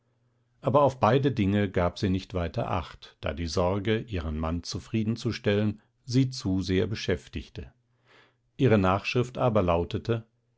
aber auf beide dinge gab sie nicht weiter acht da die sorge ihren mann zufriedenzustellen sie zu sehr beschäftigte ihre nachschrift aber lautete